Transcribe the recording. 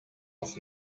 off